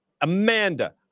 Amanda